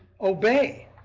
obey